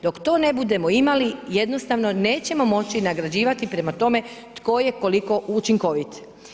Dok to ne budemo imali jednostavno nećemo moći nagrađivati prema tome tko je koliko učinkovit.